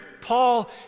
Paul